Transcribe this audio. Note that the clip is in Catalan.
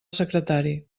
secretari